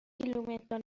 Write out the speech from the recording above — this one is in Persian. کیلومتر